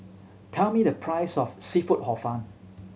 tell me the price of seafood Hor Fun